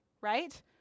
right